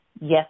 yes